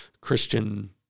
Christian